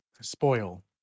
spoil